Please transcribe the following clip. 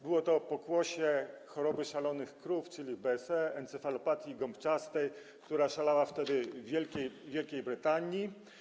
Było to pokłosie choroby szalonych krów, czyli BSE, encefalopatii gąbczastej, która szalała wtedy w Wielkiej Brytanii.